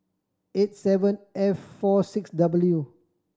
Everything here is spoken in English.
eight seven F four six W